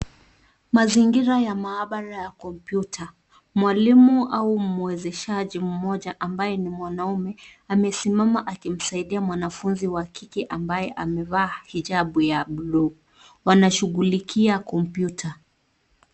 Mazingira ya maabara ya kompyuta. Mwalimu au mwezeshaji mmoja ambaye ni mwanamme amesimama akimsaidia mwanafunzi wa kike ambaye amevaa hijab ya bluu. Wanashughulikia kompyuta.